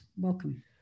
Welcome